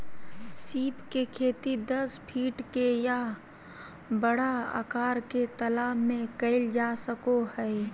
सीप के खेती दस फीट के या बड़ा आकार के तालाब में कइल जा सको हइ